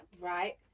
Right